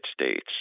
States